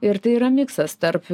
ir tai yra miksas tarp